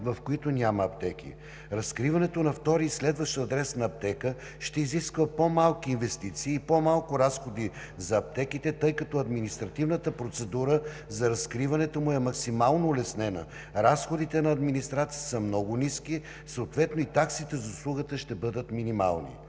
в които няма аптека. Разкриването на втори и следващ адрес на аптека ще изисква по-малки инвестиции и по-малко разходи за аптеките, тъй като административната процедура за разкриването им е максимално улеснена – разходите на администрацията са много ниски, съответно и таксите за услугата ще бъдат минимални.